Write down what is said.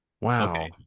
Wow